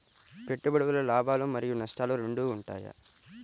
పెట్టుబడి వల్ల లాభాలు మరియు నష్టాలు రెండు ఉంటాయా?